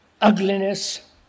ugliness